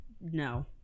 no